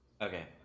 Okay